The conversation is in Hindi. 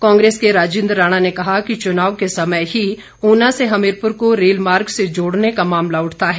कांग्रेस के राजेंद्र राणा ने कहा कि चुनाव के समय ही ऊना से हमीरपुर को रेलमार्ग से जोड़ने का मामला उठता है